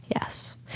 Yes